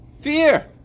Fear